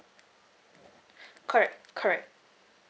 correct correct